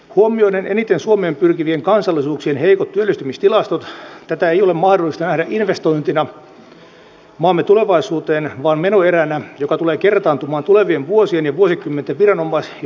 huomioiden eniten suomeen pyrkivien kansallisuuksien heikot työllistymistilastot tätä ei ole mahdollista nähdä investointina maamme tulevaisuuteen vaan menoeränä joka tulee kertaantumaan tulevien vuosien ja vuosikymmenten viranomais ja sosiaalikustannuksissa